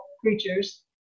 creatures